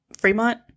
Fremont